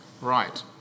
Right